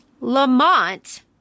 Lamont